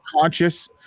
conscious